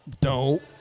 Dope